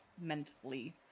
mentally